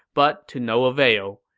but to no avail.